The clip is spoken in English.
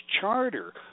charter